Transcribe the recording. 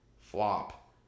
Flop